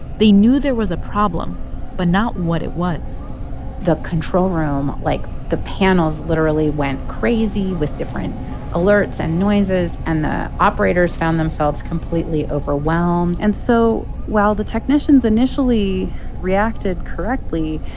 they knew there was a problem but not what it was the control room like, the panels literally went crazy with different alerts alerts and noises, and the operators found themselves completely overwhelmed and so while the technicians initially reacted correctly,